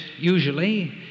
usually